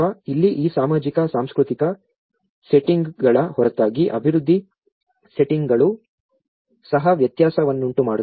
ಇಲ್ಲಿ ಈ ಸಾಮಾಜಿಕ ಸಾಂಸ್ಕೃತಿಕ ಸೆಟ್ಟಿಂಗ್ಗಳ ಹೊರತಾಗಿ ಅಭಿವೃದ್ಧಿ ಸೆಟ್ಟಿಂಗ್ಗಳು ಸಹ ವ್ಯತ್ಯಾಸವನ್ನುಂಟುಮಾಡುತ್ತವೆ